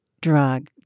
drug